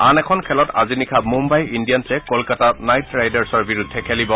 আন এখন খেলত আজি নিশা মুম্বাই ইণ্ডিয়ান্ছে কলকাতা নাইট ৰাইডাৰ্ছৰ বিৰুদ্ধে খেলিব